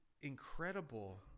incredible